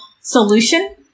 solution